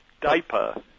diaper